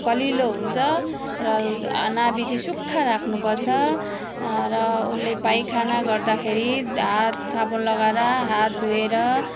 कलिलो हुन्छ र नाभि चाहिँ सुक्खा राख्नु पर्छ र उसले पाइखाना गर्दाखेरि हात साबुन लगाएर हात धोएर